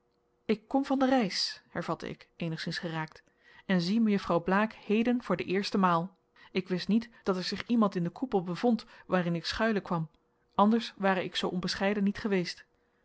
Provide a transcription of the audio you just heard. ik kom van de reis hervatte ik eenigszins geraakt en zie mejuffrouw blaek heden voor de eerste maal ik wist niet dat er zich iemand in den koepel bevond waarin ik schuilen kwam anders ware ik zoo onbescheiden niet geweest